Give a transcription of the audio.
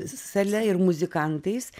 sale ir muzikantais